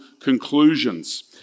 conclusions